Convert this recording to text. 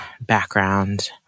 background